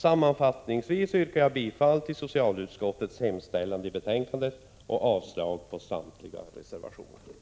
Sammanfattningsvis yrkar jag bifall till socialutskottets hemställan i betänkandet och avslag på samtliga reservationer.